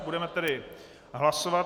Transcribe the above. Budeme tedy hlasovat.